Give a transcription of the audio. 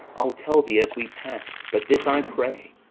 i'll tell thee as we pass but this i pray,